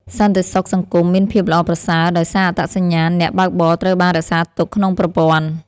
សន្តិសុខសង្គមមានភាពល្អប្រសើរ ដោយសារអត្តសញ្ញាណអ្នកបើកបរត្រូវបានរក្សាទុកក្នុងប្រព័ន្ធ។